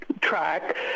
track